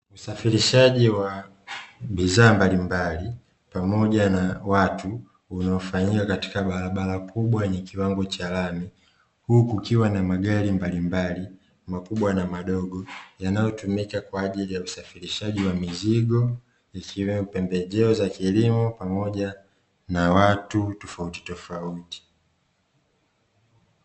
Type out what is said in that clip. Usafirishaji wa bidhaa mbalimbali pamoja na watu, unaofanyika katika barabara kubwa yenye kiwango cha lami, huku kukiwa na magari mbalimbali makubwa na madogo, yanayotumika kwa ajili ya usafirishaji wa mizigo, ikiwemo pembejeo za kilimo pamoja na watu tofautitofauti.